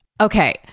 Okay